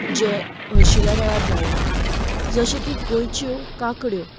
जे हरशिल्या वेळार जायना जशें की गोंयच्यो काकड्यो